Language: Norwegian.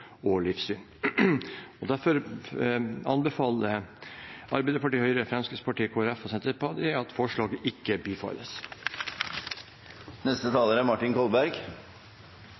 og livssyn. Derfor anbefaler Arbeiderpartiet, Høyre, Fremskrittspartiet, Kristelig Folkeparti og Senterpartiet at forslaget ikke